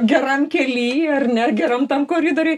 geram kely ar ne ar geram tam koridoriuj